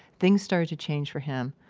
things started to change for him.